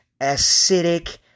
acidic